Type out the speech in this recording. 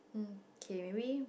um kay maybe